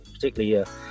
Particularly